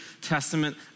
Testament